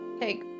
take